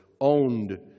owned